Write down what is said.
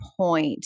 point